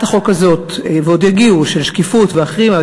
ועוד יגיעו, של שקיפות ואחרים.